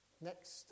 Next